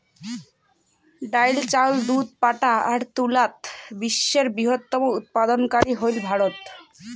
ডাইল, চাউল, দুধ, পাটা আর তুলাত বিশ্বের বৃহত্তম উৎপাদনকারী হইল ভারত